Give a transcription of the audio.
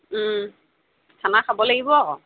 খানা খাব লাগিব আকৌ